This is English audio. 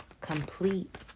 complete